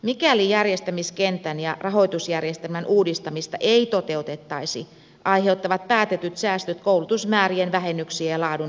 mikäli järjestämiskentän ja rahoitusjärjestelmän uudistamista ei toteutettaisi aiheuttaisivat päätetyt säästöt koulutusmäärien vähennyksiä ja laadun heikkenemistä